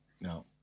no